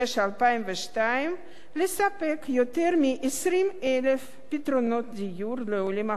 לספק יותר מ-20,000 פתרונות דיור לעולים החדשים.